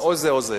או זה או זה.